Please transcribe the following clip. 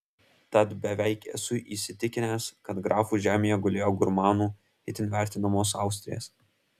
tad beveik esu įsitikinęs kad grafų žemėje gulėjo gurmanų itin vertinamos austrės